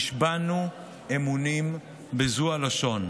463 ימים עברו מאז, נשבענו אמונים בזו הלשון: